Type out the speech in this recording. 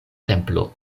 templo